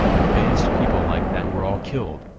advanced people like that were all killed,